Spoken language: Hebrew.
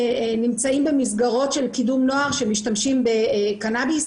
שנמצאים במסגרות של קידום נוער, שמשתמשים בקנביס.